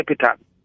capital